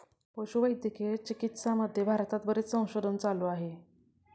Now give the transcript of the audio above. पशुवैद्यकीय चिकित्सामध्ये भारतात बरेच संशोधन चालू आहे